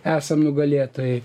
esam nugalėtojai